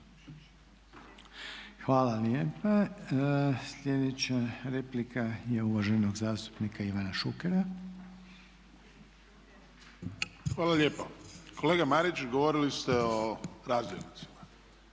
Hvala lijepa. Sljedeća replika je uvaženog zastupnika Ivana Šukera. **Šuker, Ivan (HDZ)** Hvala lijepo. Kolega Marić, govorili ste o razdjelnicima.